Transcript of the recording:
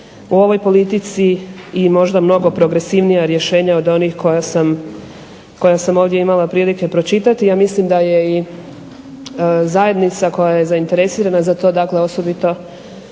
u ovoj politici i možda mnogo progresivnija rješenja od onih koja sam ovdje imala prilike pročitati. Ja mislim da je i zajednica koja je zainteresirana za to, dakle osobito